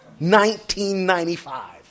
1995